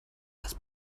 das